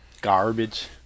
Garbage